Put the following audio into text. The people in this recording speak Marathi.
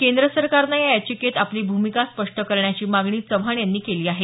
केंद्र सरकारने या याचिकेत आपली भूमिका स्पष्ट करण्याची मागणी चव्हाण यांनी केली आहे